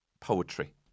poetry